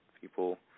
people